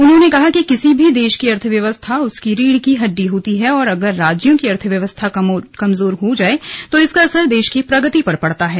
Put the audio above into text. उन्होंने कहा कि किसी भी देश की अर्थव्यवस्था उसकी रीढ़ की हड्डी होती है और अगर राज्यों की अर्थव्यवस्था कमजोर हो जाए तो इसका असर देश की प्रगति पर पड़ता है